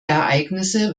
ereignisse